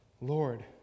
Lord